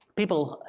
people,